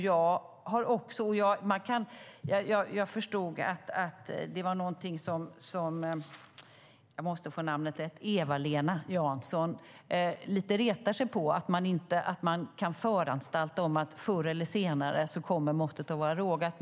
Jag förstod att Eva-Lena Jansson retar sig lite på att man kan föranstalta om att förr eller senare kommer måttet att vara rågat.